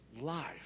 life